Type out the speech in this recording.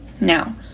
Now